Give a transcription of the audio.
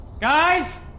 Guys